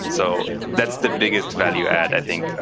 so that's the biggest value add, i think.